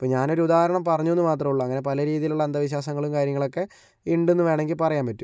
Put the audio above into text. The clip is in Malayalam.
ഇപ്പോൾ ഞാനൊരുദാഹരം പറഞ്ഞൂന്ന് മാത്രേ ഉള്ളു അങ്ങനെ പല രീതിയിലുള്ള അന്ധവിശ്വാസങ്ങളും കാര്യങ്ങളൊക്കെ ഉണ്ടെന്ന് വേണമെങ്കിൽ പറയാൻ പറ്റും